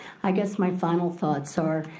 i guess my final thoughts are,